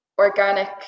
organic